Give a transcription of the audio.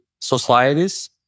societies